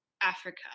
Africa